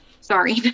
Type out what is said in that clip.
sorry